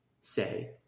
say